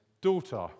daughter